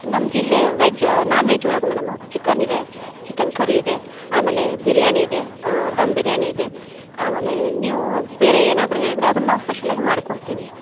ನಮಗಿಲ್ಲೇ veg non veg ಒಳಗೆ madam chicken ಇದೆ chicken curry ಇದೆ ಆಮೇಲೆ ಬಿರ್ಯಾನಿ ಇದೆ ಧಮ್ ಬಿರಿಯಾನಿ ಇದೆ ಆಮೇಲೇ ನೀವೂ ಬೇರೆ ಏನಾದರೂ ಹೇಳಿದರೆ ಅದನ್ನ ನಾವು ಸ್ಪೆಷಲ್ಲಾಗಿ ಮಾಡಿ ಕೊಡ್ತೀವಿ